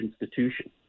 institution